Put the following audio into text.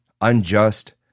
unjust